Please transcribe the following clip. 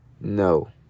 no